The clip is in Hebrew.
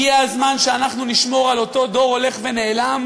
הגיע הזמן שאנחנו נשמור על אותו דור הולך ונעלם,